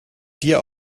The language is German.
dir